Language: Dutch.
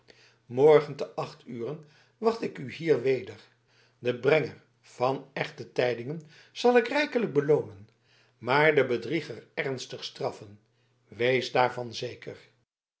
morgen te acht uren wacht ik u hier weder den brenger van echte tijdingen zal ik rijkelijk beloonen maar den bedrieger ernstig straffen wees daarvan zeker